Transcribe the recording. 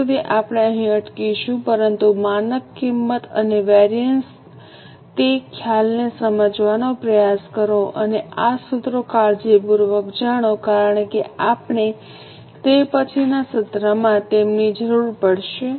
ત્યાં સુધી આપણે અહીં અટકીશું પરંતુ માનક કિંમત અને વેરિએન્સ તે ખ્યાલને સમજવાનો પ્રયાસ કરો અને આ સૂત્રો કાળજીપૂર્વક જાણો કારણ કે આપણે તે પછીના સત્રમાં તેમની જરૂર પડશે